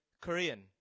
Korean